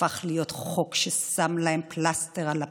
הפך להיות חוק ששם להן פלסטר על הפה,